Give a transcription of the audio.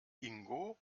ingo